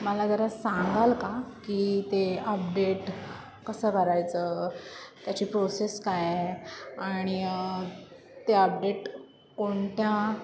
मला जरा सांगाल का की ते अपडेट कसं करायचं त्याची प्रोसेस काय आहे आणि ते अपडेट कोणत्या